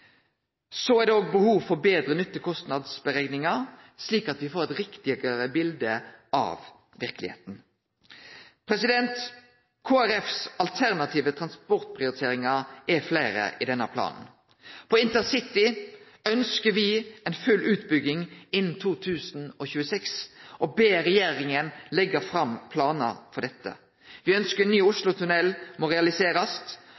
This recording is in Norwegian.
Så er det òg behov for betre nytte–kostnads-berekningar, slik at me får eit riktigare bilde av verkelegheita. Kristeleg Folkepartis alternative transportprioriteringar er fleire i denne planen. På InterCity ønskjer me ei full utbygging innan 2026, og me ber regjeringa leggje fram planar for dette. Me ønskjer at ny